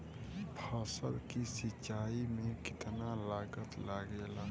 फसल की सिंचाई में कितना लागत लागेला?